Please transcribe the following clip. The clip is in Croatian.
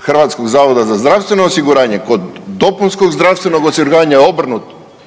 HZZO-a kod dopunskog zdravstvenog osiguranja je obrnut.